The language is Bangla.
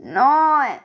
নয়